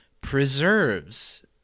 preserves